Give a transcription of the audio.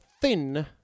thin